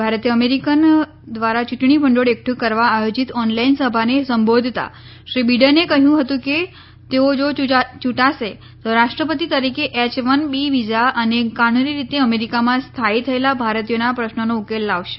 ભારતીય અમેરિકનો દ્વારા ચૂંટણી ભંડોળ એકઠું કરવા આયોજીત ઓનલાઈન સભાને સંબોધતાં શ્રી બીડેને કહ્યુ હતું કે તેઓ જો યૂંટાશે તો રાષ્ટ્રપતિ તરીકે એય વન બી વિઝા અને કાનૂની રીતે અમેરિકામાં સ્થાયી થયેલા ભારતીયોના પ્રશ્નોનો ઉકેલ લાવશે